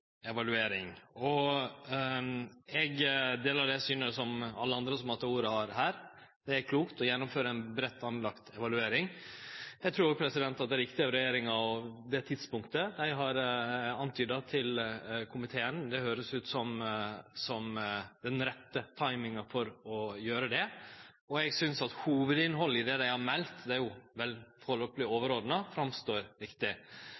evaluering. Eg deler det synet som alle andre som har hatt ordet her, har. Det er klokt å gjennomføre ei breitt grunnlagd evaluering. Eg trur at det tidspunktet regjeringa har antyda til komiteen, er riktig. Det høyrest ut som rett «timing» for å gjere det. Eg synest at hovudinnhaldet i det dei har meldt – det er jo